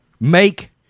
make